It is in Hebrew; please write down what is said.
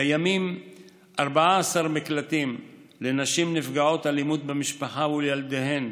קיימים 14 מקלטים לנשים נפגעות אלימות במשפחה ולילדיהן,